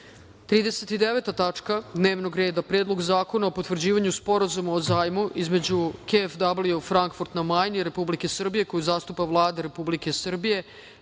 tačka dnevnog reda - Predlog zakona o potvrđivanju Sporazuma o zajmu između KfW, Frankfurt na Majni i Republike Srbije koju zastupa Vlada Republike Srbije